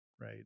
right